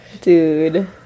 Dude